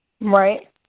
Right